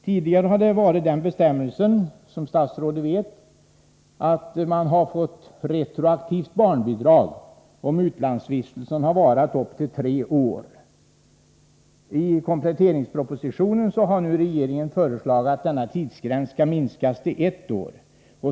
Tidigare har den bestämmelsen gällt, som statsrådet vet, att man har fått retroaktivt barnbidrag om utlandsvistelsen har varat upp till tre år. I kompletteringspropositionen har regeringen nu föreslagit att denna tidsgräns skall minskas till ett år.